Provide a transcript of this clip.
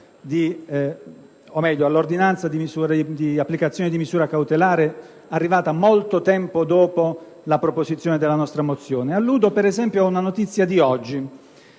all'ordinanza di applicazione della misura cautelare, arrivata molto tempo dopo la proposizione della nostra mozione, ma alludo, ad esempio, ad una notizia di oggi,